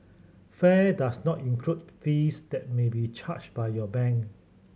fare does not include fees that may be charged by your bank